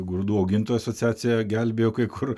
grūdų augintojų asociacija gelbėjo kai kur